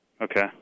Okay